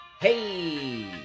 hey